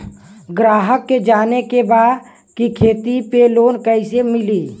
ग्राहक के जाने के बा की खेती पे लोन कैसे मीली?